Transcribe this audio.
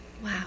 Wow